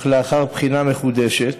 אך לאחר בחינה מחודשת,